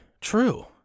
true